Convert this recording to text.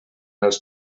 els